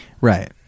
Right